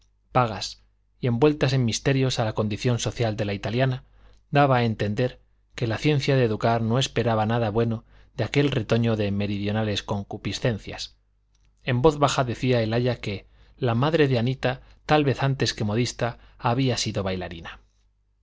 vagas y envueltas en misterios a la condición social de la italiana daba a entender que la ciencia de educar no esperaba nada bueno de aquel retoño de meridionales concupiscencias en voz baja decía el aya que la madre de anita tal vez antes que modista había sido bailarina